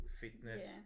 fitness